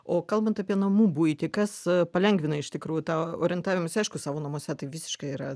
o kalbant apie namų buitį kas palengvina iš tikrųjų tą orientavimąsi aišku savo namuose tai visiškai yra